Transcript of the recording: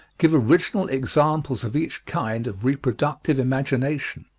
give original examples of each kind of reproductive imagination.